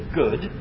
good